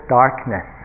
darkness